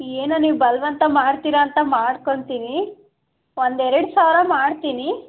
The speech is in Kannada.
ಏನೋ ನೀವು ಬಲವಂತ ಮಾಡ್ತೀರ ಅಂತ ಮಾಡ್ಕೊಂತೀನಿ ಒಂದು ಎರಡು ಸಾವಿರ ಮಾಡ್ತೀನಿ